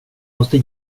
måste